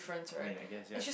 main I guess ya